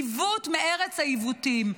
עיוות מארץ העיוותים.